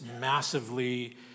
massively